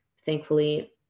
thankfully